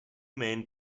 main